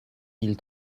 mille